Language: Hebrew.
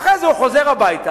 אחרי זה הוא חוזר הביתה,